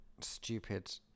stupid